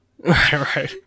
right